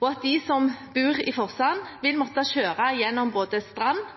og at de som bor i Forsand, vil måtte kjøre gjennom både Strand